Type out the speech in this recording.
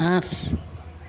আঠ